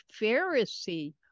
Pharisee